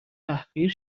تحقیر